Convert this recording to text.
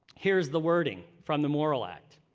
here is the wording from the morrill act.